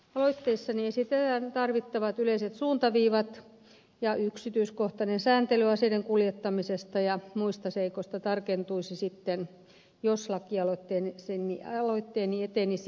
aloitteessani esitetään tarvittavat yleiset suuntaviivat ja yksityiskohtainen sääntely aseiden kuljettamisesta ja muista seikoista tarkentuisi sitten jos lakialoitteeni etenisi